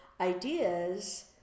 ideas